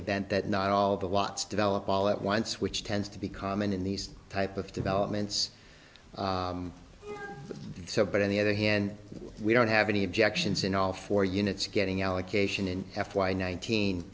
event that not all of the lots develop all at once which tends to be common in these type of developments so but on the other hand we don't have any objections in all four units getting allocation in f y nineteen